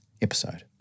episode